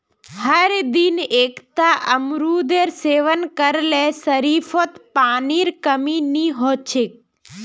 हरदिन एकता अमरूदेर सेवन कर ल शरीरत पानीर कमी नई ह छेक